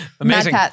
Amazing